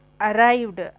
arrived